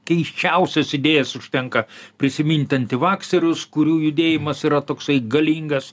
keisčiausias idėjas užtenka prisiminti antivaksirus kurių judėjimas yra toksai galingas